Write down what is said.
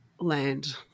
land